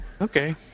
Okay